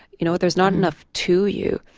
you know there's not enough to you.